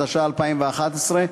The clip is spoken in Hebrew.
התשע"א 2011,